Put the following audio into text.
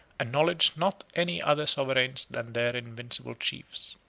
acknowledged not any other sovereigns than their invincible chiefs.